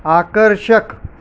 आकर्षक